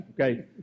Okay